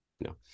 No